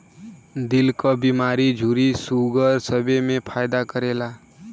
दिल क बीमारी झुर्री सूगर सबे मे फायदा करेला